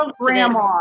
grandma